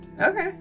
Okay